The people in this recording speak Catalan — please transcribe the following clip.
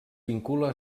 vincula